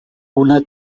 una